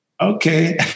okay